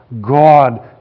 God